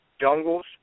jungles